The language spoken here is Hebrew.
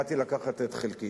באתי לקחת את חלקי.